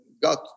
got